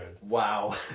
Wow